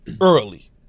early